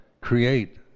create